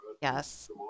Yes